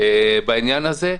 בעניין הזה.